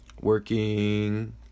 Working